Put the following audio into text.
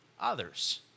others